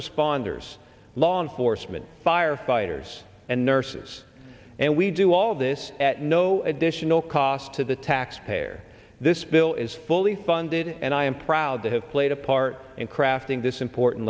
responders law enforcement firefighters and nurses and we do all this at no additional cost to the taxpayer this bill is fully funded and i am proud to have played a part in crafting this important